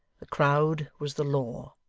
the crowd was the law,